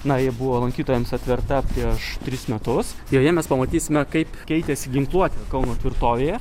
na ji buvo lankytojams atverta prieš tris metus joje mes pamatysime kaip keitėsi ginkluotė kauno tvirtovėje